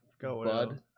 Bud